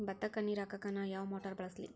ಭತ್ತಕ್ಕ ನೇರ ಹಾಕಾಕ್ ನಾ ಯಾವ್ ಮೋಟರ್ ಬಳಸ್ಲಿ?